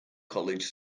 college